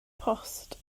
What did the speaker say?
post